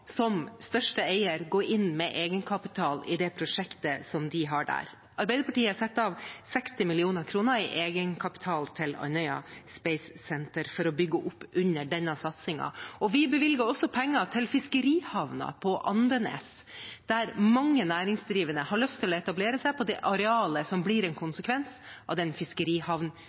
som største eier, gå inn med egenkapital i det prosjektet de har der. Arbeiderpartiet har satt av 60 mill. kr i egenkapital til Andøya Space Center for å bygge opp under denne satsingen. Vi bevilger også penger til fiskerihavna på Andenes, der mange næringsdrivende har lyst til å etablere seg, på det arealet som blir en konsekvens av denne fiskerihavnutbyggingen. Dessverre har regjeringen stanset all satsing på fiskerihavn fra den